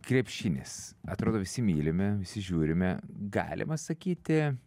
krepšinis atrodo visi mylime visi žiūrime galima sakyti